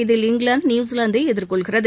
இதில் இங்கிலாந்து நியுசிலாந்தை எதிர்கொள்கிறது